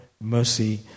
mercy